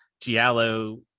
Giallo